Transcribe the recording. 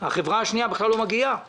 נציגי החברה השנייה בכלל לא מגיעים לכאן.